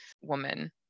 woman